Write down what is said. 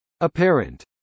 Apparent